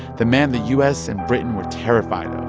the man the u s. and britain were terrified of